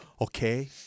Okay